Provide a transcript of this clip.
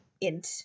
Int